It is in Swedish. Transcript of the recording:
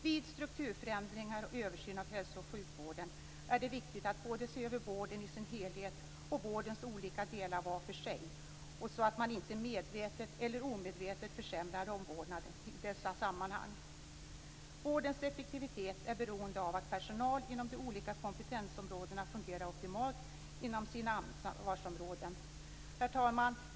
Vid strukturförändringar och översyn av hälsooch sjukvården är det viktigt att både se över vården i sin helhet och vårdens olika delar var för sig och så att man inte medvetet eller omedvetet försämrar omvårdnaden i dessa sammanhang. Vårdens effektivitet är beroende av att personal inom de olika kompetensområdena fungerar optimalt inom sina ansvarsområden. Herr talman!